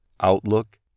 outlook